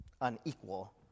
unequal